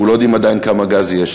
אנחנו לא יודעים עדיין כמה גז יש,